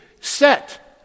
set